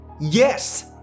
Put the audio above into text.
Yes